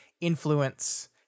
influence